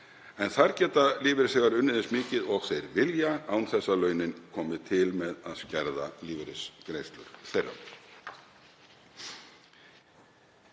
en þar geta lífeyrisþegar unnið eins mikið og þeir vilja án þess að launin komi til með að skerða lífeyrisgreiðslur